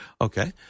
Okay